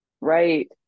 Right